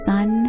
Sun